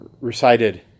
recited